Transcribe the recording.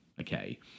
okay